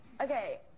Okay